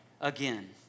again